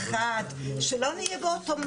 בעד הסתייגות אחת, שלא נהיה באוטומט.